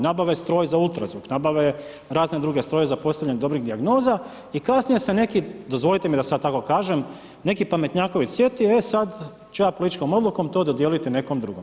Nabave stroj za UZV, nabave razne druge, stroj za postavljanje dobrih dijagnoza i kasnije se neki, dozvolite mi da sad tako kažem, neki pametnjaković sjetio, e sad ću ja političkom odlukom to dodijeliti nekom drugom.